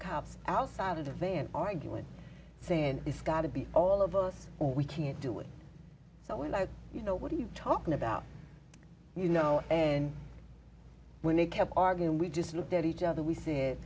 cops outside of the van arguing saying it's got to be all of us or we can't do it so we're like you know what are you talking about you know and when they kept arguing we just looked at each other we s